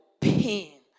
pain